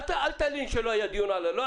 אל תלין על כך שלא היה דיון על הרפורמה.